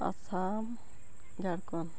Assam Jharkhand